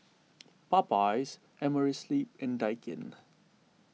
Popeyes Amerisleep and Daikin